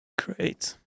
Great